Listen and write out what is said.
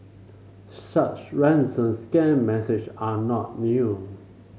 such ransom scam message are not new